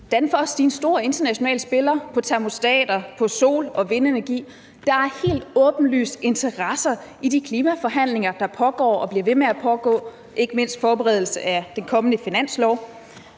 Danfoss er en stor international spiller på termostater, på sol- og vindenergi, så der er helt åbenlyst interesser i de klimaforhandlinger, der pågår og bliver ved med at pågå, og ikke mindst i forbindelse med forberedelse af den kommende finanslov.